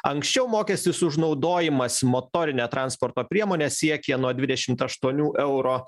anksčiau mokestis už naudojimąsi motorine transporto priemone siekė nuo dvidešimt aštuonių euro